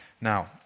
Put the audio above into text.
Now